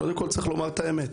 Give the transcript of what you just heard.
קודם כל, צריך לומר את האמת,